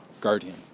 guardian